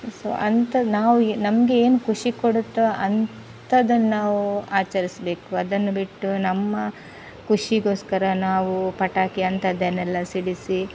so ಅಂಥದ್ದು ನಾವು ನಮಗೆ ಏನು ಖುಷಿ ಕೊಡುತ್ತೋ ಅಂಥದನ್ನ ನಾವು ಆಚರಿಸಬೇಕು ಅದನ್ನು ಬಿಟ್ಟು ನಮ್ಮ ಖುಷಿಗೋಸ್ಕರ ನಾವು ಪಟಾಕಿ ಅಂಥದ್ದನ್ನೆಲ್ಲ ಸಿಡಿಸಿ